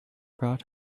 brought